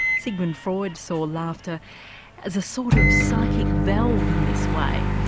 sigmund freud saw laughter as a sort of psychic valve in this way.